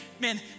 man